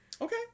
Okay